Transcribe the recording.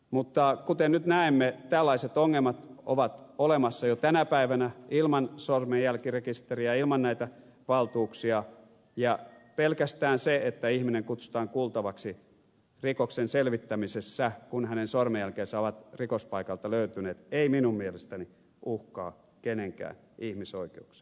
mutta kuten nyt näemme tällaiset ongelmat ovat olemassa jo tänä päivänä ilman sormenjälkirekisteriä ilman näitä valtuuksia ja pelkästään se että ihminen kutsutaan kuultavaksi rikoksen selvittämisessä kun hänen sormenjälkensä ovat rikospaikalta löytyneet ei minun mielestäni uhkaa kenenkään ihmisoikeuksia